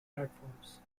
platforms